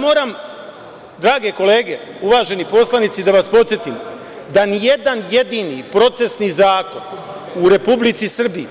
Moram, drage kolege, uvaženi poslanici, da vas podsetim da ni jedan jedini procesni zakon u Republici Srbiji,